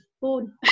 phone